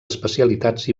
especialitats